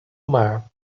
mar